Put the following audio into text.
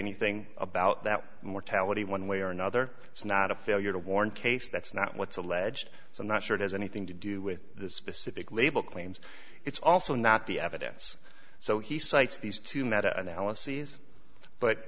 anything about that mortality one way or another it's not a failure to warn case that's not what's alleged so i'm not sure it has anything to do with the specific label claims it's also not the evidence so he cites these two met analyses but